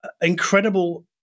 incredible